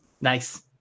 nice